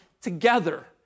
together